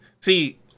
see